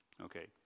Okay